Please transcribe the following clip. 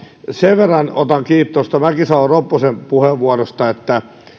sen verran otan kiinni tuosta mäkisalo ropposen puheenvuorosta että